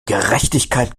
gerechtigkeit